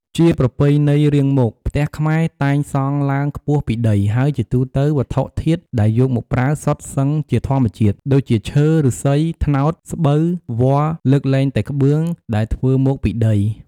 ជាប្រពៃណីរៀងមក ផ្ទះខ្មែរតែងសង់ឡើងខ្ពស់ពីដី ហើយជាទូទៅ វត្ថុធាតុដែលយកមកប្រើសុទ្ធសឹងជាធម្មជាតិ ដូចជាឈើ, ឫស្សី, ត្នោត, ស្បូវ, វល្លិ... លើកលែងតែក្បឿងដែលធ្វើមកពីដី។